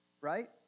right